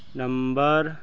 number